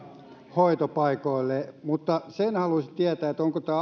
hoitopaikoille mutta sen haluaisin tietää